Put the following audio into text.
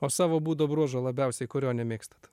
o savo būdo bruožo labiausiai kurio nemėgstat